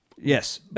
Yes